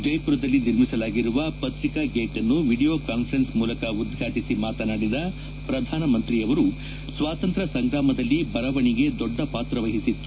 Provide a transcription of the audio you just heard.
ಜೈಮರದಲ್ಲಿ ನಿರ್ಮಿಸಲಾಗಿರುವ ಪತ್ರಿಕಾ ಗೇಟ್ ಅನ್ನು video conference ಮೂಲಕ ಉದ್ವಾಟಿಸಿ ಮಾತನಾಡಿದ ಪ್ರಧಾನಮಂತ್ರಿಯವರು ಸ್ವಾತಂತ್ರ್ಯ ಸಂಗ್ರಾಮದಲ್ಲಿ ಬರವಣಿಗೆ ದೊಡ್ಡ ಪಾತ್ರ ವಹಿಸಿತ್ತು